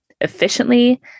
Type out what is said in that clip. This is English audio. efficiently